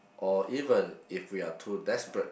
or even if we are too desperate